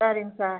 சரிங்க சார்